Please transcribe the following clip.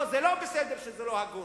לא, זה לא בסדר שזה לא הגון,